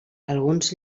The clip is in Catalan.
alguns